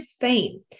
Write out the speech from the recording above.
fame